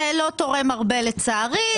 זה לא תורם הרבה לצערי.